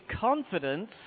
confidence